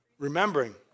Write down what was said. Remembering